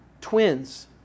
twins